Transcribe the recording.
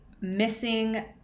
missing